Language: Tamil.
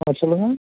ஆ சொல்லுங்கள்